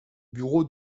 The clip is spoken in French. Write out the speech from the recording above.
bureau